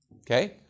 okay